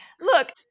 Look